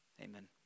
Amen